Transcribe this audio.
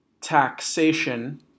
taxation